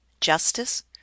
Justice